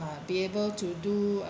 be able to do